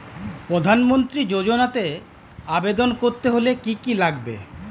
প্রধান মন্ত্রী যোজনাতে আবেদন করতে হলে কি কী লাগবে?